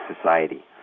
society